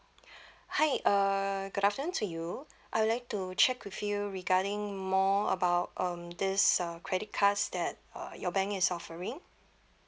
hi uh good afternoon to you I would like to check with you regarding more about um this uh credit cards that uh your bank is offering